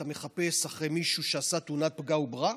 אתה מחפש אחרי מישהו שעשה תאונת פגע וברח,